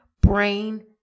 brain